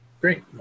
Great